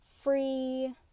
free